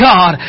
God